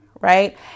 Right